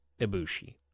Ibushi